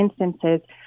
instances